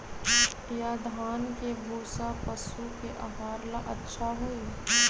या धान के भूसा पशु के आहार ला अच्छा होई?